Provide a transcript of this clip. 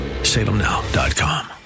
Salemnow.com